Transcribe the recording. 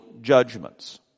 judgments